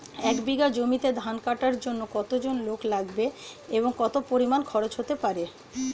এক বিঘা জমিতে ধান কাটার জন্য কতজন লোক লাগবে এবং কত পরিমান খরচ হতে পারে?